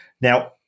Now